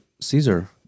Caesar